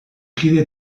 kide